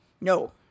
no